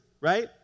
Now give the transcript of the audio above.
right